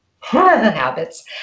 Habits